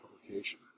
publication